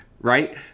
Right